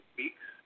weeks